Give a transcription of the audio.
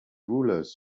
rulers